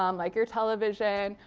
um like your television.